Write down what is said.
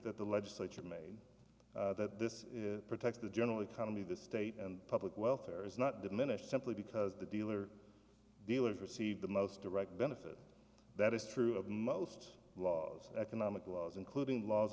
that the legislature made that this protects the general economy the state and public welfare is not diminished simply because the dealer dealers received the most direct benefit that is true of most laws economic laws including laws